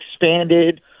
expanded